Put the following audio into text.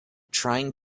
trying